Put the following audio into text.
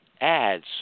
ads